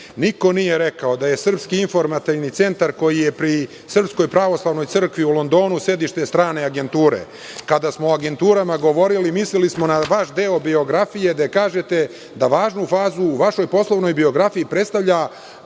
Niko nije rekao da je Srpski informativni centar koji je pri Srpskoj pravoslavnoj crkvi u Londonu sedište strane agenture. Kada smo o agenturama govorili, mislili smo na vaš deo biografije gde kažete da važnu fazu u vašoj poslovnoj biografiji predstavlja